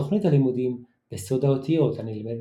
לתוכנית הלימודים "בסוד האותיות" הנלמדת